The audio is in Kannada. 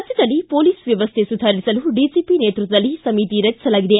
ರಾಜ್ಯದಲ್ಲಿ ಪೊಲೀಸ್ ವ್ಯವಸ್ಥೆ ಸುಧಾರಿಸಲು ಡಿಜಿಪಿ ನೇತೃತ್ವದಲ್ಲಿ ಸಮಿತಿ ರಚಿಸಲಾಗಿದೆ